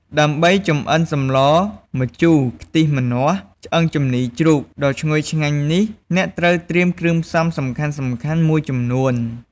ដើម្បីចម្អិនសម្លម្ជូរខ្ទិះម្នាស់ឆ្អឹងជំនីរជ្រូកដ៏ឈ្ងុយឆ្ងាញ់នេះ អ្នកត្រូវត្រៀមគ្រឿងផ្សំសំខាន់ៗមួយចំនួន។